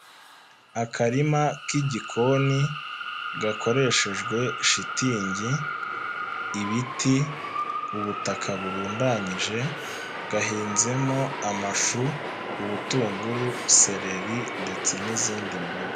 Akarima k'igikoni gakoreshejwe shitingi, ibiti, ubutaka burundanyije gahinzemo amashu, ubutunguru, sereri ndetse n'izindi mboga.